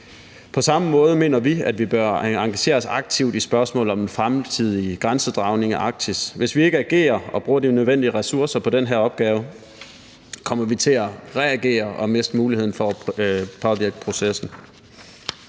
På samme måde mener vi, at vi bør engagere os aktivt i spørgsmålet om en fremtidig grænsedragning i Arktis. Hvis vi ikke agerer og bruger de nødvendige ressourcer på den her opgave, kommer vi til at reagere og miste muligheden for at påvirke processen.